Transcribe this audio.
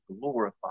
glorify